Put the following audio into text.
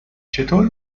چطور